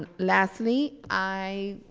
and lastly, i,